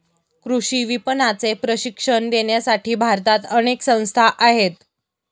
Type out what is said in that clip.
कृषी विपणनाचे प्रशिक्षण देण्यासाठी भारतात अनेक संस्था आहेत